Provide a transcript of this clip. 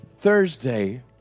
Thursday